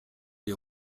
des